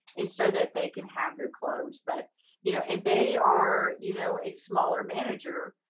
and so that they can have their close. but you know and they are you know a smaller manager.